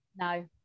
No